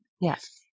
Yes